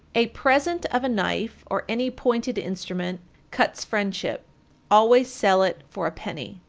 a present of a knife or any pointed instrument cuts friendship always sell it for a penny.